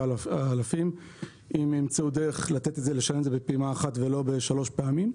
אלפים אם ימצאו דרך לשלם את זה בפעימה אחת ולא בשלוש פעמים.